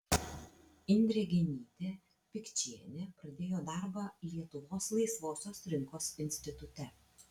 indrė genytė pikčienė pradėjo darbą lietuvos laisvosios rinkos institute